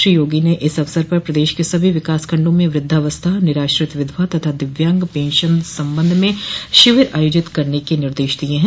श्री योगी ने इस अवसर पर प्रदेश के सभी विकास खंडों में वृद्धावस्था निराश्रित विधवा तथा दिव्यांग पेंशन के संबंध में शिविर आयोजित करने के निर्देश दिये हैं